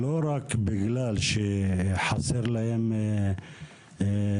לא רק בגלל שחסר להם כלים,